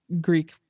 Greek